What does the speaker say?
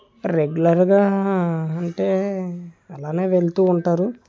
రెగ్యులర్గా అంటే అలానే వెళుతూ ఉంటారు